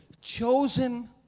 chosen